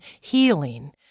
healing